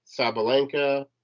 Sabalenka